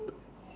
so